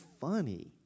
funny